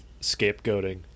scapegoating